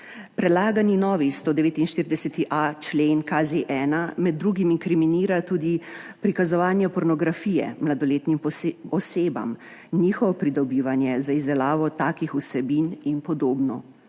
predlagani novi 149.a člen KZ-1 med drugim inkriminira tudi prikazovanje pornografije mladoletnim osebam, njihovo pridobivanje za izdelavo takih vsebin in podobno.